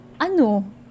Ano